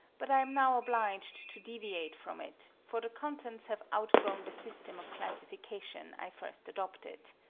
but am now obliged to deviate from it, for the contents have outgrown the system of classification i first adopted.